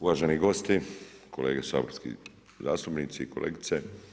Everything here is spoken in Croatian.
Uvaženi gosti, kolege saborski zastupnici, kolegice.